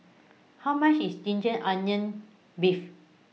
How much IS Ginger Onions Beef